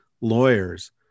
lawyers